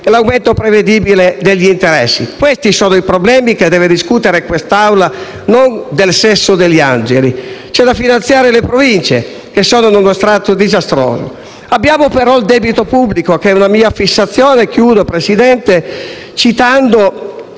l'aumento prevedibile degli interessi. Questi sono i problemi che deve discutere quest'Aula, non il sesso degli angeli. C'è da finanziare le Province, che sono in uno stato disastroso. Abbiamo poi il debito pubblico, che è una mia fissazione e concludo, Presidente, chiedendo